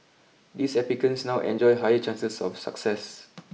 these applicants now enjoy higher chances of success